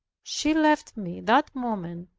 she left me that moment,